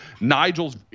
Nigel's